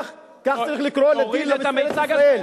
כך צריך לקרוא לדין את משטרת ישראל,